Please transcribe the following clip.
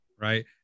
right